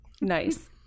nice